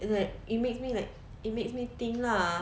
it's like it makes me like it makes me think lah